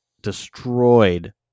destroyed